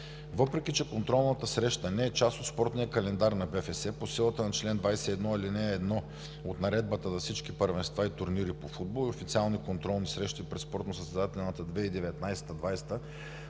Въпреки че контролната среща не е част от спортния календар на БФС, по силата на чл. 21, ал. 1 от Наредбата за всички първенства и турнири по футбол и официални контролни срещи през спортно-състезателната 2019 – 2020